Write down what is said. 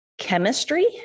chemistry